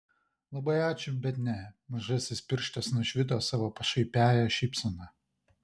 labai ačiū bet ne mažasis pirštas nušvito savo pašaipiąja šypsena